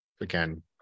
again